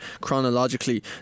chronologically